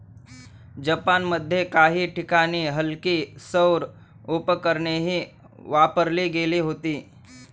जपानमध्ये काही ठिकाणी हलकी सौर उपकरणेही वापरली गेली होती